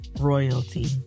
royalty